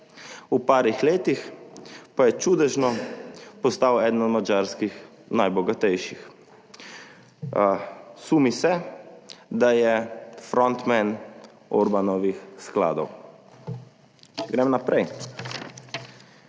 v nekaj letih pa je čudežno postal eden od madžarskih najbogatejših. Sumi se, da je frontman Orbanovih skladov. Če grem naprej: